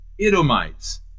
Edomites